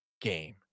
game